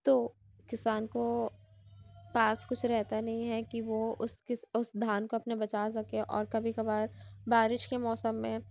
تو کسان کو پاس کچھ رہتا نہیں ہے کہ وہ اُس کس اُس دھان کو اپنے بچا سکے اور کبھی کبھار بارش کے موسم میں